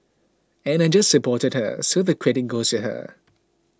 and I just supported her so the credit goes to her